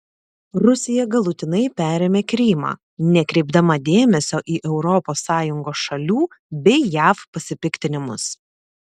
rusija galutinai perėmė krymą nekreipdama dėmesio į europos sąjungos šalių bei jav pasipiktinimus